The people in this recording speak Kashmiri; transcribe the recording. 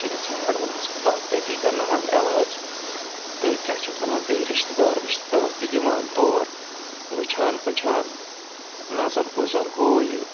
چھِ گژھان ہٮ۪ڈوُن ہَسپَتال تٔتی کَرناوان عٮ۪لاج تہٕ کیٛاہ چھِ اَتھ وَنان بیٚیہِ رِشتہٕ دار وِشتہٕ دار تہِ یِوان تور وٕچھان پٕچھان نظر گُزَر ہُہ یہِ